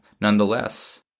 nonetheless